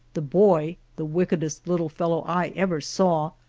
the boy, the wickedest little fellow i ever saw,